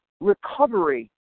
recovery